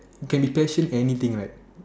can be pressured anything right